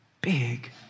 big